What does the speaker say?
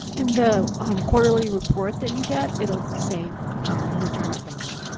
in the um quarterly report that you get, it will say retirement banquet.